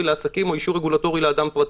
לעסקים או אישור רגולטורי לאדם פרטי.